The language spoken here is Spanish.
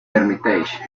hermitage